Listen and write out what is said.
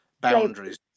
boundaries